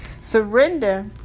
Surrender